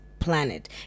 planet